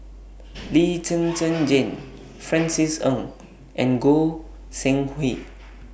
Lee Zhen Zhen Jane Francis Ng and Goi Seng Hui